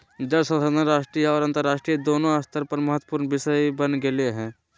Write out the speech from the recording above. जल संसाधन राष्ट्रीय और अन्तरराष्ट्रीय दोनों स्तर पर महत्वपूर्ण विषय बन गेले हइ